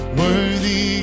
worthy